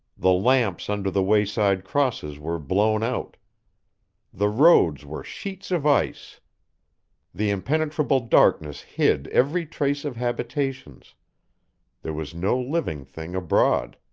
the lamps under the wayside crosses were blown out the roads were sheets of ice the impenetrable darkness hid every trace of habitations there was no living thing abroad.